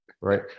right